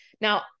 Now